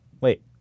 Wait